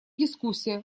дискуссия